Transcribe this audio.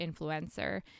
influencer